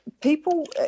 people